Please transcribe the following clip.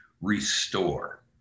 restore